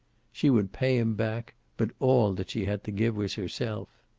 she would pay him back, but all that she had to give was herself.